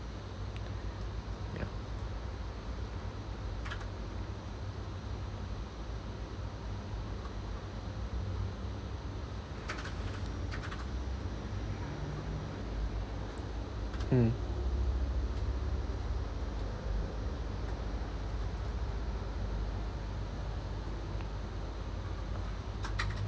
ya mm